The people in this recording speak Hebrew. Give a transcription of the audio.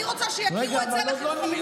אני רוצה שיגבילו את זה, בלבד.